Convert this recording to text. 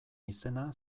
izena